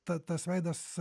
ta tas veidas